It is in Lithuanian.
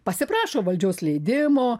pasiprašo valdžios leidimo